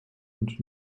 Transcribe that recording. und